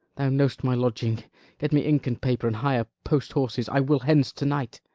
thou know'st my lodging get me ink and paper, and hire post-horses. i will hence to-night.